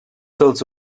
dels